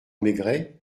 maigret